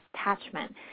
attachment